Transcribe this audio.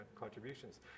contributions